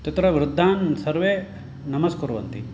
तत्र वृद्धान् सर्वे नमस्कुर्वन्ति